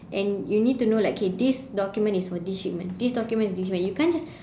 and you need to know like okay this document is for this shipment this document is this shipment you can't just